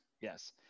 Yes